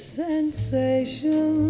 sensation